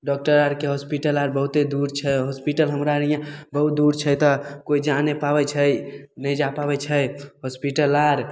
doctor आरके hospital आर बहुते दूर छै होस्पिटल हमरा आर हीयाँ बहुत दूर छै तऽ केओ जा नहि पाबैत छै नहि जा पाबैत छै होस्पिटल आर